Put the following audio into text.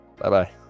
Bye-bye